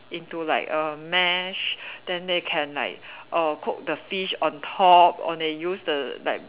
into like a mash then they can like err cook the fish on top or they use the like